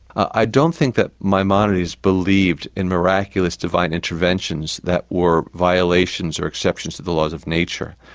i don't think that maimonides believed in miraculous, divine interventions that were violations or exceptions to the laws of nature.